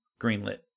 greenlit